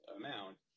amount